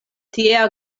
tiea